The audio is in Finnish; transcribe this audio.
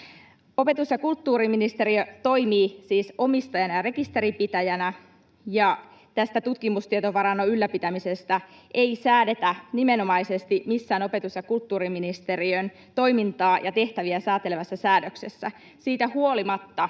Opetus- ja kulttuuriministeriö toimii siis omistajana ja rekisterinpitäjänä. Tästä tutkimustietovarannon ylläpitämisestä ei säädetä nimenomaisesti missään opetus- ja kulttuuriministeriön toimintaa ja tehtäviä säätelevässä säädöksessä. Siitä huolimatta